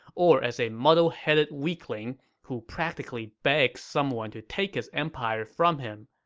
or as a muddle-headed weakling who practically begs someone to take his empire from him.